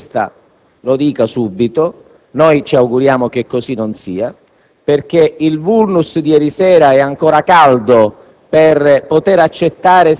Se la sua intenzione è questa, lo dica subito. Ci auguriamo che così non sia perché il *vulnus* di ieri sera è ancora caldo